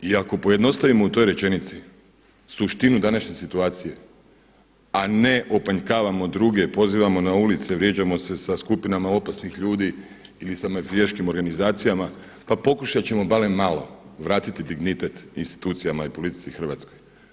I ako pojednostavimo u toj rečenici suštinu današnje situacije, a ne opanjkavamo druge, pozivamo na ulice, vrijeđamo se sa skupinama opasnih ljudi ili sa mafijaškim organizacijama, pa pokušat ćemo barem malo vratiti dignitet institucijama i politici u Hrvatskoj.